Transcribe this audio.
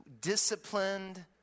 disciplined